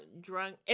drunk